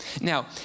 Now